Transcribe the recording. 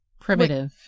Primitive